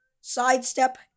Sidestep